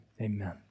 amen